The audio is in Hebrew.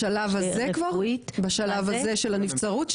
בשלב הזה כבר בשלב הזה של הנבצרות?